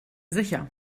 sicher